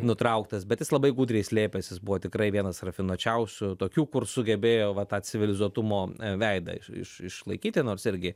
nutrauktas bet jis labai gudriai slėpėsi jis buvo tikrai vienas rafinuočiausių tokių kur sugebėjo va tą civilizuotumo veidą iš iš išlaikyti nors irgi